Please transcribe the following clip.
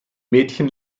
mädchen